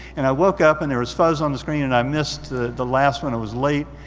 and i woke up and there was fuzz on the screen and i missed the the last one, it was late.